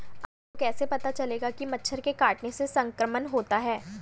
आपको कैसे पता चलेगा कि मच्छर के काटने से संक्रमण होता है?